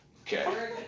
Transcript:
Okay